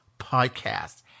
podcast